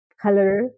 color